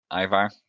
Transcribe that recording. Ivar